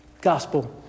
Gospel